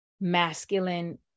masculine